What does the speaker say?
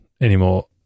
anymore